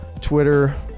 Twitter